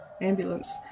ambulance